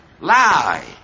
lie